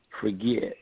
forget